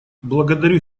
благодарю